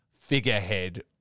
figurehead